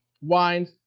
wines